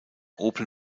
opel